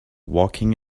walking